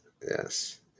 yes